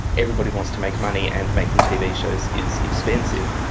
everybody wants to make money and making tv shows is expensive,